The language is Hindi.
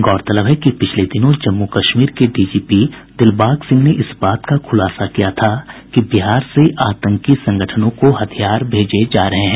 गौरतलब है कि पिछले दिनों जम्मू कश्मीर के डीजीपी दिलबाग सिंह ने इस बात का खुलासा किया था कि बिहार से आतंकी संगठनों को हथियार भेजे जा रहे हैं